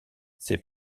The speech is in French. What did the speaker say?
ces